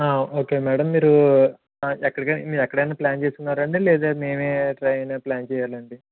okay madam మీరు ఎక్కడికైనా మీరు ఎక్కడైన ప్లాన్ చేసుకున్నారండి లేదా మేమే ఎక్కడైనా ప్లాన్ చెయ్యాలండి